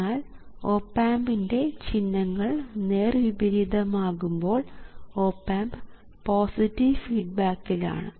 എന്നാൽ ഓപ് ആമ്പിൻറെ ചിഹ്നങ്ങൾ നേർവിപരീതം ആക്കുമ്പോൾ ഓപ് ആമ്പ് പോസിറ്റീവ് ഫീഡ്ബാക്കിൽ ആണ്